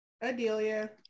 Adelia